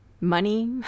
money